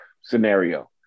scenario